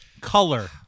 color